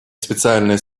специальной